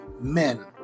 men